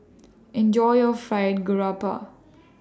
Enjoy your Fried Garoupa